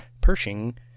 Pershing